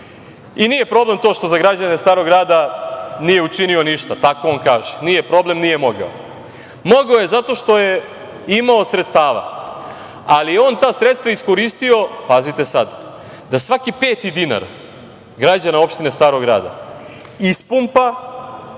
I nije problem to što za građane Starog Grada nije učinio ništa, tako on kaže. Nije problem, nije mogao. Mogao je zato što je imao sredstava, ali je on ta sredstva iskoristio, pazite sada, da svaki peti dinar građane opštine Starog Grada ispumpa